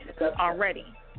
already